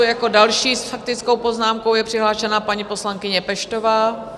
Jako další s faktickou poznámkou je přihlášena paní poslankyně Peštová.